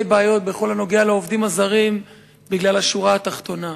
בעיות בכל הנוגע לעובדים הזרים בגלל השורה התחתונה.